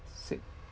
sick